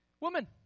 woman